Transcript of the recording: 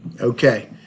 Okay